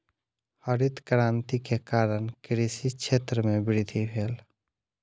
हरित क्रांति के कारण कृषि क्षेत्र में वृद्धि भेल